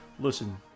Listen